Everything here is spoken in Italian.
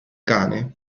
cane